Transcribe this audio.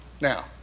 Now